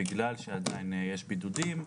בגלל שעדיין יש בידודים,